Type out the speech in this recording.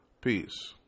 Peace